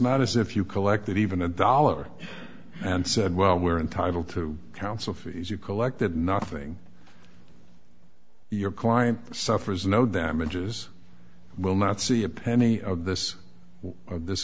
not as if you collect that even a dollar and said well we're entitled to counsel fees you collected nothing your client suffers no damages will not see a penny of this this